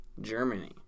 Germany